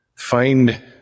Find